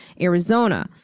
Arizona